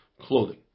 clothing